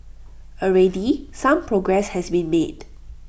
already some progress has been made